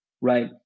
right